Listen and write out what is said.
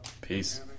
Peace